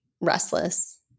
restless